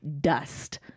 Dust